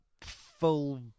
full